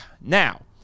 Now